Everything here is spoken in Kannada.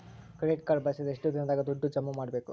ಕ್ರೆಡಿಟ್ ಕಾರ್ಡ್ ಬಳಸಿದ ಎಷ್ಟು ದಿನದಾಗ ದುಡ್ಡು ಜಮಾ ಮಾಡ್ಬೇಕು?